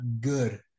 good